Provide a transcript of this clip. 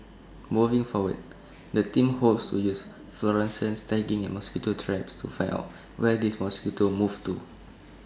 moving forward the team hopes to use fluorescents tagging and mosquito traps to find off where these mosquitoes move to